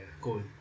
cool